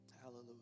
hallelujah